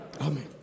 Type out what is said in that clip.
Amen